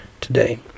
today